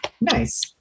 nice